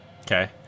Okay